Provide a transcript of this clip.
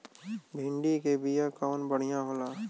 भिंडी के बिया कवन बढ़ियां होला?